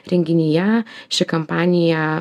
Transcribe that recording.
renginyje ši kampanija